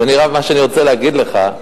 מה שאני רוצה להגיד לך,